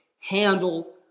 handle